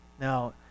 Now